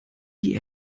die